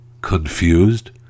confused